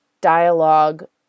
dialogue